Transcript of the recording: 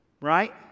Right